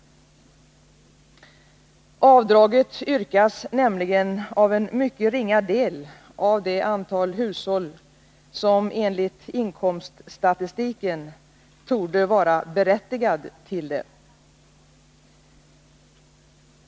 Avdraget yrkas nämligen av en mycket ringa del av det antal hushåll som enligt inkomststatistiken torde vara berättigade till det.